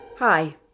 Hi